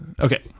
okay